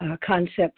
Concept